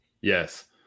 Yes